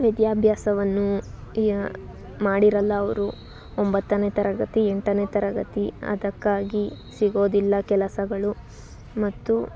ವಿದ್ಯಾಭ್ಯಾಸವನ್ನು ಯ ಮಾಡಿರಲ್ಲ ಅವರು ಒಂಬತ್ತನೇ ತರಗತಿ ಎಂಟನೇ ತರಗತಿ ಅದಕ್ಕಾಗಿ ಸಿಗೋದಿಲ್ಲ ಕೆಲಸಗಳು ಮತ್ತು